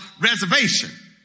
reservation